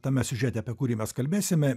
tame siužete apie kurį mes kalbėsime